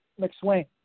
McSwain